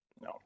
no